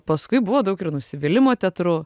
paskui buvo daug ir nusivylimo teatru